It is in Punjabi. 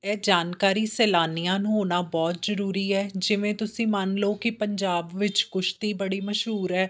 ਇਹ ਜਾਣਕਾਰੀ ਸੈਲਾਨੀਆਂ ਨੂੰ ਹੋਣਾ ਬਹੁਤ ਜਰੂਰੀ ਹੈ ਜਿਵੇਂ ਤੁਸੀਂ ਮੰਨ ਲਓ ਕਿ ਪੰਜਾਬ ਵਿੱਚ ਕੁਸ਼ਤੀ ਬੜੀ ਮਸ਼ਹੂਰ ਹੈ